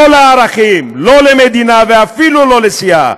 לא לערכים, לא למדינה ואפילו לא לסיעה.